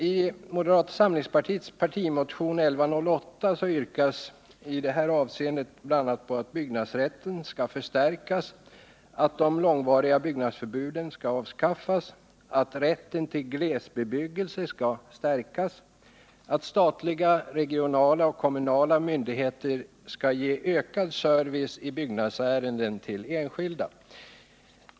I moderata samlingspartiets partimotion 1108 yrkas bl.a. att byggnadsrätten skall förstärkas, att de långvariga byggnadsförbuden skall avskaffas, att rätten till glesbebyggelse skall stärkas och att statliga, regionala och kommunala myndigheter skall ge ökad service i byggnadsärenden till enskilda.